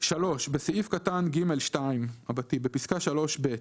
בסעיף קטן (ג2): בפסקה (3)(ב),